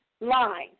line